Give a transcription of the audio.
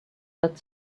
that